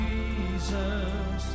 Jesus